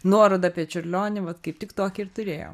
nuorodą apie čiurlionį vat kaip tik tokį ir turėjau